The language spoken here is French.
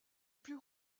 plus